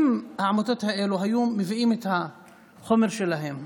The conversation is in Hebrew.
אם העמותות האלה היו מביאות את החומר שלהן,